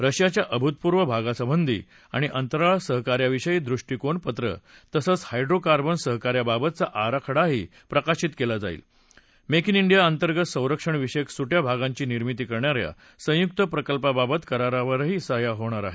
रशियाच्या अतिपूर्व भागासंबधी आणि अंतराळ सहकार्याविषयी दृष्टीकोनपत्र तसंच हायड्रोकार्बन सहकार्याबाबतचा आराखडाही प्रकाशित केलं जाईल मेक उं ांडिया अंतर्गत संरक्षण विषयक सुट्या भागांची निर्मिती करणा या संयुक्त प्रकल्पाबाबत करारावरही सह्या होतील